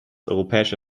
europäische